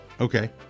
Okay